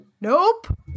Nope